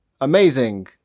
amazing